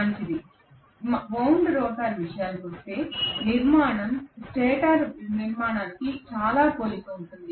మంచిది wound rotor విషయానికొస్తే నిర్మాణం స్టేటర్ నిర్మాణానికి చాలా పోలి ఉంటుంది